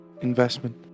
Investment